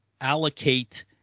allocate